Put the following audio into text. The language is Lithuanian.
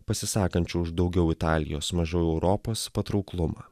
pasisakančių už daugiau italijos mažiau europos patrauklumą